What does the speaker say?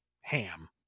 ham